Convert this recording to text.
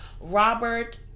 Robert